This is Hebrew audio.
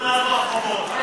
היו מאז ברחובות?